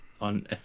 on